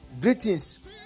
Greetings